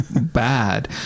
bad